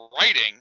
writing